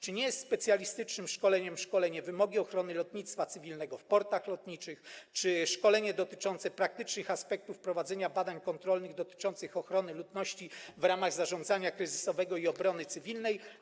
Czy nie jest specjalistycznym szkoleniem szkolenie: wymogi ochrony lotnictwa cywilnego w portach lotniczych czy szkolenie na temat praktycznych aspektów prowadzenia badań kontrolnych dotyczących ochrony ludności w ramach zarządzania kryzysowego i obrony cywilnej?